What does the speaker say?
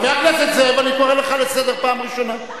חבר הכנסת זאב, אני קורא אותך לסדר פעם ראשונה.